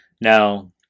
Now